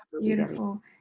Beautiful